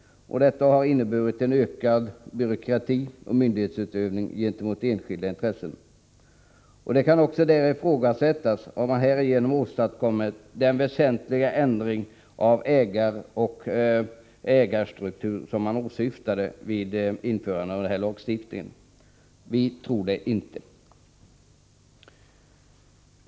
Detta har inneburit ökad byråkrati och myndighetsutövning gentemot den enskildes intressen. Det kan också ifrågasättas om man härigenom åstadkommit den väsentliga ändring av ägarstrukturen som man åsyftade vid införandet av lagstiftningen. Vi tror inte det.